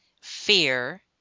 Fear